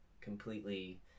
completely